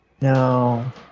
No